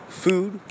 food